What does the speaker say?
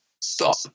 stop